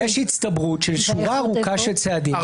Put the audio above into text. אני אומר שיש הצטברות של שורה ארוכה של צעדים.